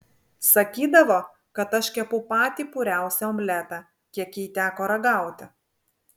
sakydavo kad aš kepu patį puriausią omletą kiek jai teko ragauti